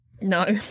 No